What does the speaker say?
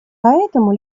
поэтому